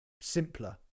simpler